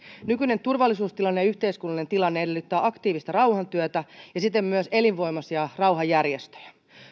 nykyinen turvallisuustilanne ja yhteiskunnallinen tilanne edellyttää aktiivista rauhantyötä ja siten myös elinvoimaisia rauhanjärjestöjä